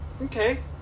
Okay